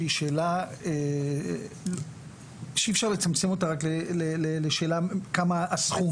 שהיא שאלה שאי אפשר לצמצם אותה רק לשאלה "כמה הסכום?".